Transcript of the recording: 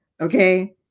Okay